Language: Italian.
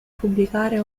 pubblicare